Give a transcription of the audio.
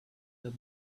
the